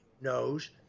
knows